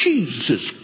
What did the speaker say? Jesus